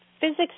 physics